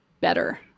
better